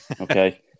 okay